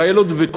והייתה לו דבקות,